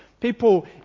People